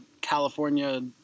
California